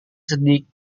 sedikit